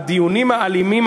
שהוא קיים מאות שעות של דיונים.